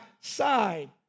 side